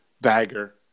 bagger